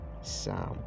Sam